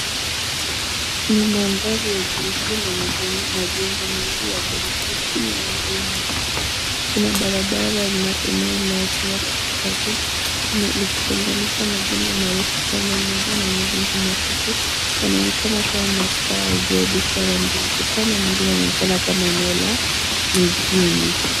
Ni mandhari ya jiji lenye majengo mengi ya ghorofa chini ya anga la mawingu. Kuna brarabara linapita eneo la katikati likitenganisha majengo marefu pande moja na majengo mafupi. Yanaonekana kama makazi ya biashara ndogo. Pande mwingine linaonekana kama eneo la mijini.